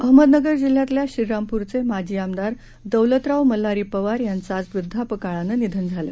अहमदनगरजिल्ह्यातल्याश्रीरामपूरचेमाजीआमदारदौलतरावमल्हारीपवारयांचंआजवृद्धापकाळानंनिधनझालं